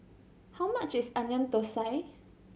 how much is Onion Thosai